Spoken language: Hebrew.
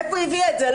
מאיפה היא הביאה את זה.